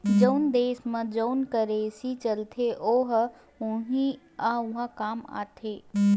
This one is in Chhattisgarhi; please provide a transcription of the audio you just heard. जउन देस म जउन करेंसी चलथे ओ ह उहीं ह उहाँ काम आही